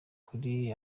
kuri